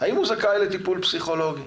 האם הוא זכאי לטיפול פסיכולוגי.